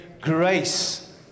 grace